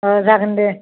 अ जागोन दे